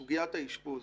בסוגיית האשפוז,